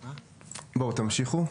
תמשיכו.